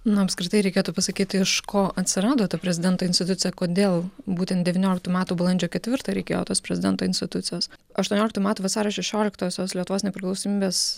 na apskritai reikėtų pasakyti iš ko atsirado ta prezidento institucija kodėl būten devynioliktų metų balandžio ketvirtą reikėjo tos prezidento institucijos aštuonioliktų metų vasario šešioliktosios lietuvos nepriklausomybės